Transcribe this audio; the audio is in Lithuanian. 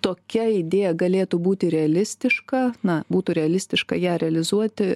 tokia idėja galėtų būti realistiška na būtų realistiška ją realizuoti